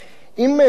אם תאמרו,